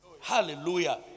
Hallelujah